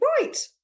Right